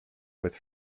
with